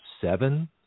seven